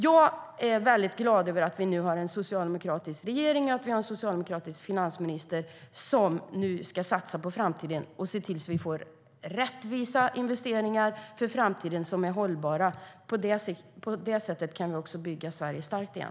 Jag är väldigt glad över att vi har en socialdemokratisk regering och att vi har en socialdemokratisk finansminister som nu ska satsa på framtiden och se till att det blir rättvisa och hållbara investeringar. På det sättet kan vi också bygga Sverige starkt igen.